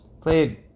played